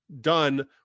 done